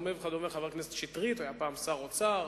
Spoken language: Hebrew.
חבר הכנסת שטרית שהיה פעם שר האוצר,